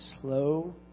slow